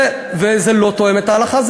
וזה לא תואם את ההלכה,